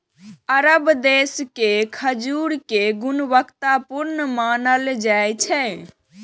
अरब देश के खजूर कें गुणवत्ता पूर्ण मानल जाइ छै